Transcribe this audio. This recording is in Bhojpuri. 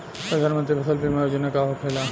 प्रधानमंत्री फसल बीमा योजना का होखेला?